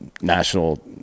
national